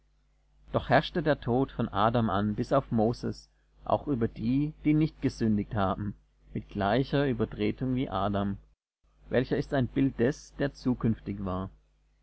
doch herrschte der tod von adam an bis auf moses auch über die die nicht gesündigt haben mit gleicher übertretung wie adam welcher ist ein bild des der zukünftig war